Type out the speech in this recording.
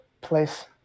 place